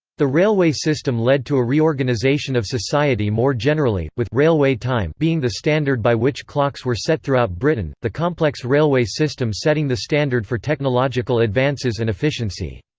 the railway system led to a reorganisation of society more generally, with railway time being the standard by which clocks were set throughout britain the complex railway system setting the standard for technological advances and efficiency.